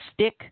Stick